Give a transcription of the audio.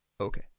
okay